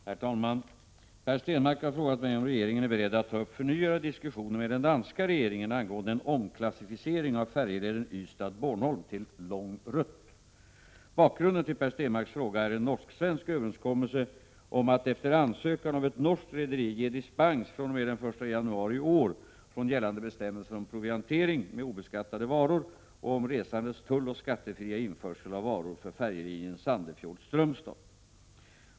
Herr talman! Per Stenmarck har frågat mig om regeringen är beredd att ta upp förnyade diskussioner med den danska regeringen angående en omklassificering av färjeleden Ystad-Bornholm till ”lång rutt”. Bakgrunden till Per Stenmarcks fråga är en norsk-svensk överenskommelse om att efter ansökan av ett norskt rederi ge dispens fr.o.m. den 1 januari i år från gällande bestämmelser om proviantering med obeskattade varor och om resandes tulloch skattefria införsel av varor för färjelinjen Sandefjord Strömstad.